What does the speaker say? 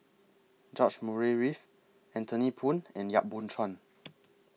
George Murray Reith Anthony Poon and Yap Boon Chuan